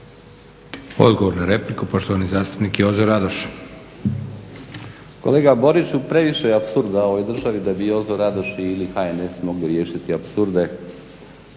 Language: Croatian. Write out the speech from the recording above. Odgovor na repliku poštovani zastupnik Jozo Radoš. **Radoš, Jozo (HNS)** Kolega Boriću previše je apsurda u ovoj državi da bi Jozo Radoš ili HNS mogli riješiti apsurde.